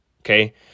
okay